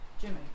Jimmy